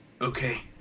Okay